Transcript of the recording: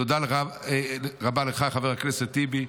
תודה רבה לך, חבר הכנסת טיבי.